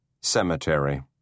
Cemetery